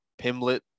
Pimlet